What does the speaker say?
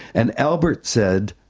and albert said,